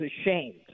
ashamed